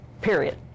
period